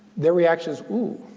their reaction is, ooh.